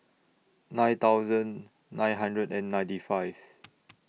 nine thousand nine hundred and ninety five